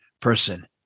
person